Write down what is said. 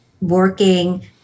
working